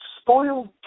spoiled